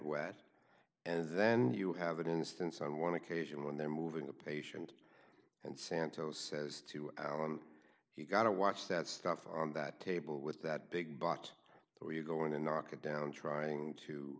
wet and then you have an instance on one occasion when they're moving a patient and santos says to you got to watch that stuff on that table with that big box so you're going to knock it down trying to